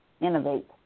Innovate